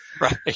Right